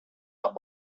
are